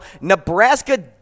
Nebraska